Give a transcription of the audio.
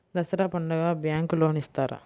దసరా పండుగ bank loan ఇస్తారా?